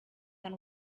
than